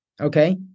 Okay